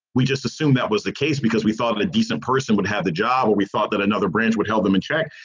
we just assumed that was the case because we thought of a decent person would have the job or we thought that another branch would held them in check.